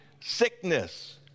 sickness